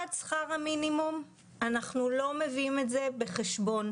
עד שכר המינימום אנחנו לא מביאים את זה בחשבון.